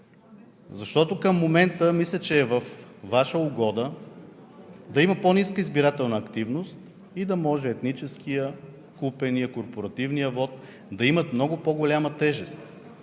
нататък. Към момента мисля, че е във Ваша угода да има по-ниска избирателна активност и да може етническият, купеният, корпоративният вот да имат много по-голяма тежест